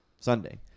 Sunday